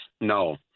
No